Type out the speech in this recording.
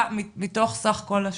מתוך סך כל השופטים,